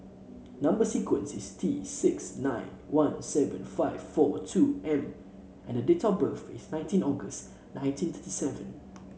number sequence is T six nine one seven five four two M and the date of birth is nineteen August nineteen thirty seven